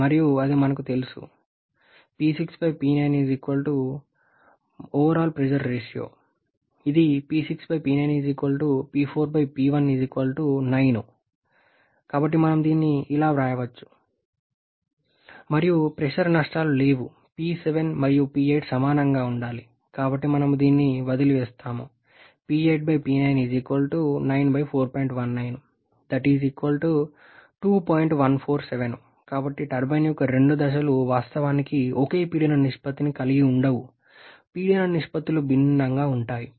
కాబట్టి మరియు అది మాకు తెలుసు ఇది కాబట్టి మనం దీన్నిఇలా వ్రాయవచ్చు మరియు ప్రెషర్ నష్టాలు లేవు P7 మరియు P8 సమానంగా ఉండాలి కాబట్టి మేము దీన్ని వదిలివేస్తాము కాబట్టి టర్బైన్ యొక్క రెండు దశలు వాస్తవానికి ఒకే పీడన నిష్పత్తిని కలిగి ఉండవు పీడన నిష్పత్తులు భిన్నంగా ఉంటాయి